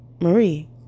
Marie